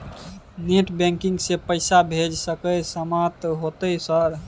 Net banking से पैसा भेज सके सामत होते सर?